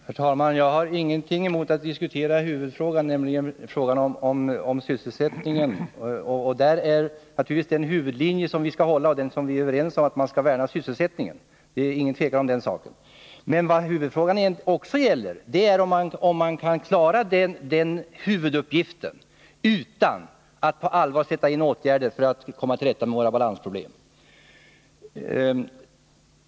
Herr talman! Jag har ingenting emot att diskutera huvudfrågan, nämligen frågan om sysselsättningen. Vi är där överens om huvudlinjen att vi skall värna sysselsättningen. Det råder inget tvivel om den saken. Men en huvudfråga är också om man kan klara den uppgiften utan att på allvar sätta in åtgärder för att komma till rätta med våra balansproblem.